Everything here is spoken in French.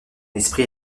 esprit